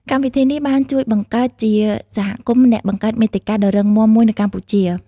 កម្មវិធីនេះបានជួយបង្កើតជាសហគមន៍អ្នកបង្កើតមាតិកាដ៏រឹងមាំមួយនៅកម្ពុជា។